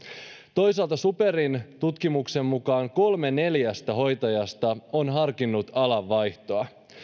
toisaalta superin tutkimuksen mukaan kolme neljästä hoitajasta on harkinnut alanvaihtoa